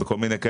בכל מיני מקומות